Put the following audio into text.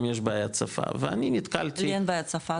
אם יש בעיית שפה ואני נתקלתי --- לי אין בעיית שפה.